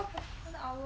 one hour ah